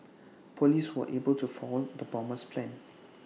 Police were able to foil the bomber's plans